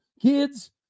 Kids